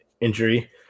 injury